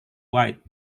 white